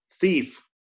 thief